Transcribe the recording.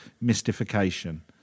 mystification